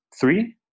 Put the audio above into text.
three